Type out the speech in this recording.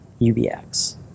UBX